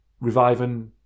reviving